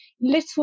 little